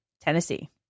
Tennessee